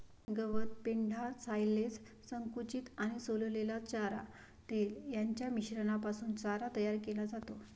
गवत, पेंढा, सायलेज, संकुचित आणि सोललेला चारा, तेल यांच्या मिश्रणापासून चारा तयार केला जातो